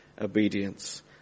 obedience